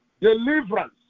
deliverance